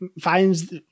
finds